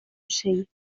ocell